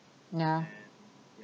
yeah